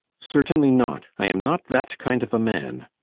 certainly not! i am not that kind of a man!